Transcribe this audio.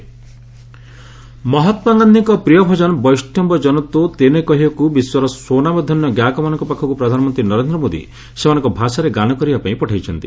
PM ବୈଷ୍ଣବ ମହାତ୍ମାଗାନ୍ଧିଙ୍କ ପ୍ରିୟ ଭଜନ ବୈଷ୍ଣବ ଜନ ତୋ ତେନେ କହିଏ କୁ ବିଶ୍ୱର ସ୍ୱନାମଧନ୍ୟ ଗାୟକମାନଙ୍କ ପାଖକୁ ପ୍ରଧାନମନ୍ତ୍ରୀ ନରେନ୍ଦ୍ର ମୋଦି ସେମାନଙ୍କ ଭାଷାରେ ଗାନ କରିବାପାଇଁ ପଠାଇଛନ୍ତି